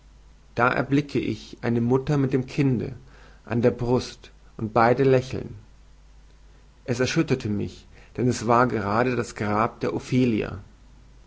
da erblicke ich eine mutter mit dem kinde an der brust und beide lächeln es erschütterte mich denn es war grade das grab der ophelia